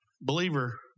Believer